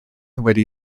wedi